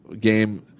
game